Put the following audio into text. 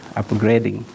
upgrading